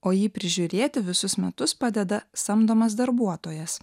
o jį prižiūrėti visus metus padeda samdomas darbuotojas